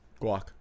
Guac